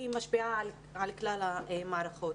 והיא משפיעה על כלל המערכות.